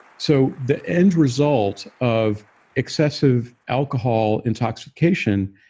so the end result of excessive alcohol intoxication,